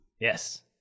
Yes